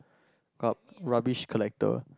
a rubbish collecter